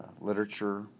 literature